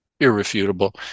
irrefutable